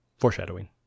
Foreshadowing